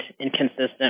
inconsistent